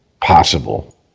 possible